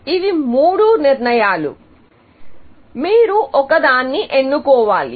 ఇవి మూడు నిర్ణయాలు మీరు ఒకదాన్ని ఎన్నుకోవాలి